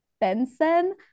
benson